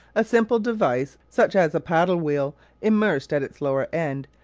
a simple device such as a paddle-wheel immersed at its lower end,